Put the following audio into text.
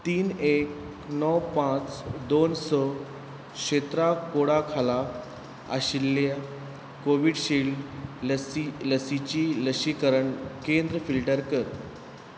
तीन एक णव पांच दोन स क्षेत्रा कोडा खाला आशिल्ल्या कोविशिल्ड लसी लसीची लसीकरण केंद्रां फिल्टर कर